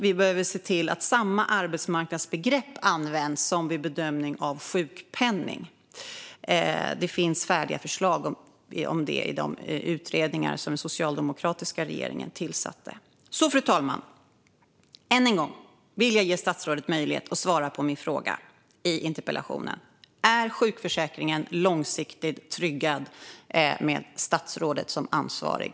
Vi behöver också se till att samma arbetsmarknadsbegrepp används som vid bedömning av sjukpenning. Det finns färdiga förslag om det i de utredningar som den socialdemokratiska regeringen tillsatte. Fru talman! Än en gång vill jag ge statsrådet möjlighet att svara på min fråga i interpellationen: Är sjukförsäkringen långsiktigt tryggad med statsrådet som ansvarig?